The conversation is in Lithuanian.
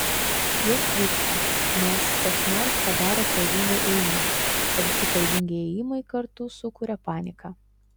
jos vyksta nes kas nors padaro klaidingą ėjimą o visi klaidingi ėjimai kartu sukuria paniką